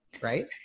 right